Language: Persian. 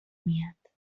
میاد